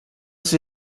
sie